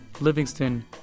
Livingston